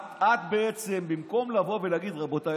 את בעצם במקום לבוא ולהגיד: רבותיי,